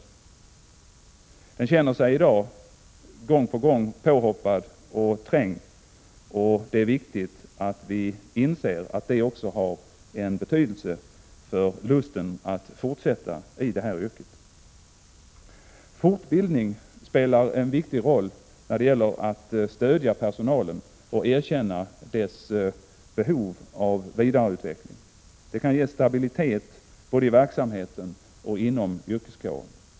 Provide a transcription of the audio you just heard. Barnomsorgspersonalen känner sig i dag gång på gång påhoppad och trängd, och det är viktigt att vi inser att det också har en betydelse för lusten att fortsätta i yrket. Fortbildning spelar en viktig roll när det gäller att stödja personalen och erkänna dess behov av vidareutveckling. Det kan ge stabilitet både i verksamheten och inom yrkeskåren.